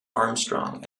armstrong